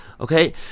okay